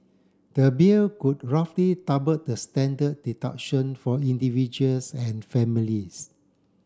the bill would roughly double the standard deduction for individuals and families